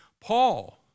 Paul